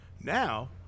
Now